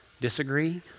disagree